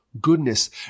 goodness